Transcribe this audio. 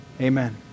amen